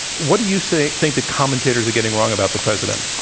what do you say think that commentators are getting wrong about the president?